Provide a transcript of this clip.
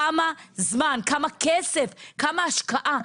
כמה זמן, כמה כסף, כמה השקעה?